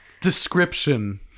description